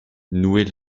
nouait